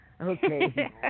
Okay